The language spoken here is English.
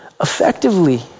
effectively